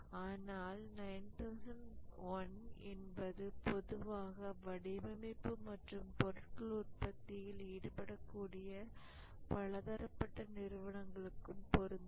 ஆனால் 9001 என்பது பொதுவாக வடிவமைப்பு மற்றும் பொருட்கள் உற்பத்தியில் ஈடுபடக்கூடிய பலதரப்பட்ட நிறுவனங்களுக்கு பொருந்தும்